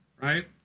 right